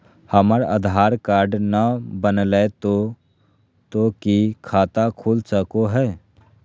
हमर आधार कार्ड न बनलै तो तो की खाता खुल सको है?